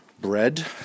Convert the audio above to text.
bread